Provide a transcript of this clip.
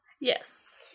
Yes